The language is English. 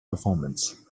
performance